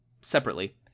separately